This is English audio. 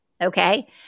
okay